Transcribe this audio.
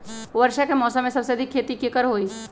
वर्षा के मौसम में सबसे अधिक खेती केकर होई?